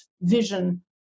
vision